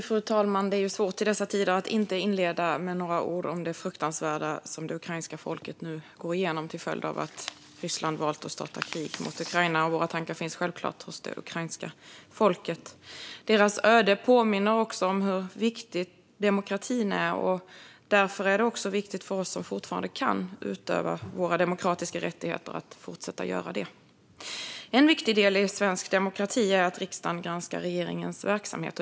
Fru talman! Det är svårt att i dessa tider inte inleda med några ord om det fruktansvärda som det ukrainska folket nu går igenom till följd av att Ryssland valt att starta krig mot Ukraina. Våra tankar finns självklart hos det ukrainska folket. Deras öde påminner också om hur viktig demokratin är, och därför är det viktigt för oss som fortfarande kan utöva våra demokratiska rättigheter att fortsätta göra det. En viktig del i svensk demokrati är att riksdagen granskar regeringens verksamhet.